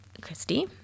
Christy